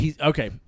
Okay